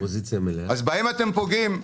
אז בהם אתם פוגעים?